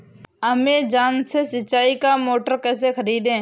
Amazon से सिंचाई का मोटर कैसे खरीदें?